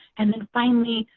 and then finally,